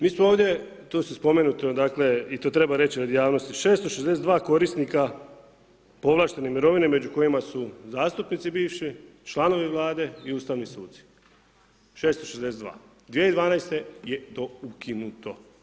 Mi smo ovdje, tu je spomenuto, dakle i to treba reći radi javnosti, 662 korisnika povlaštenih mirovina, među kojima su zastupnici bivši, članovi Vlade i ustavni suci, 662. 2012. je to ukinuto.